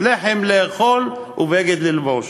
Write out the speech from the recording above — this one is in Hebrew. לחם לאכול ובגד ללבוש.